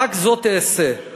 "רק זאת אעשה: